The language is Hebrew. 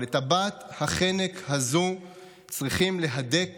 אבל את טבעת החנק הזו צריכים להדק